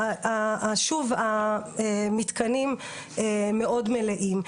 שוב, המתקנים מלאים מאוד.